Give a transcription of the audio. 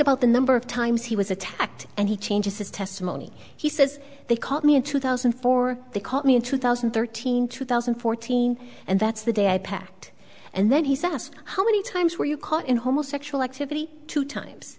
about the number of times he was attacked and he changes his testimony he says they called me in two thousand and four they called me in two thousand and thirteen two thousand and fourteen and that's the day i packed and then he says how many times were you caught in homosexual activity two times